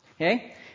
Okay